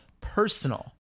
personal